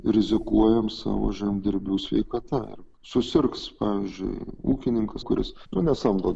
rizikuojam savo žemdirbių sveikata ar susirgs pavyzdžiui ūkininkas kuris nu nesamdo